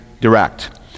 direct